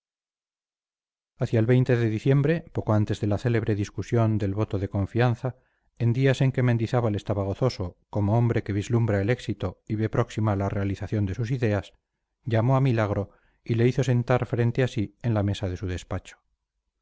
hacia el de diciembre poco antes de la célebre discusión del voto de confianza en días en que mendizábal estaba gozoso como hombre que vislumbra el éxito y ve próxima la realización de sus ideas llamó a milagro y le hizo sentar frente a sí en la mesa de su despacho